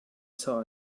saw